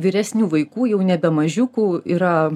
vyresnių vaikų jau nebe mažiukų yra